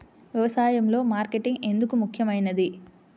వ్యసాయంలో మార్కెటింగ్ ఎందుకు ముఖ్యమైనది?